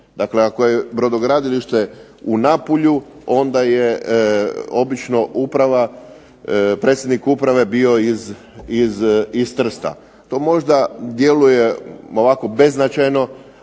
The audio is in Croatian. Dakle, ako je brodogradilište u Napulju onda je obično uprava, predsjednik uprave bio iz Trsta. To možda djeluje ovako beznačajno,